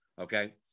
okay